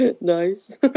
Nice